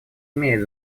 имеют